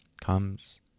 Comes